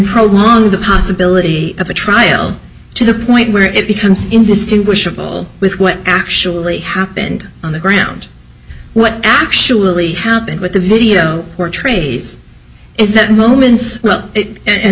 program on the possibility of a trial to the point where it becomes indistinguishable with what actually happened on the ground what actually happened what the video portrays is that moments well and